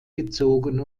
gezogen